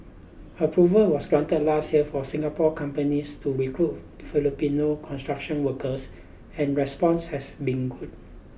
approval was granted last year for Singapore companies to recruit Filipino construction workers and response has been good